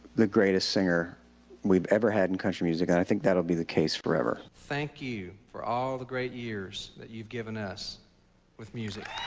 the greatest singer we've ever had in country music and i think that will be the case forever. thank you for all the great years you've given us with music.